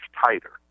tighter